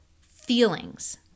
feelings